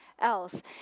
else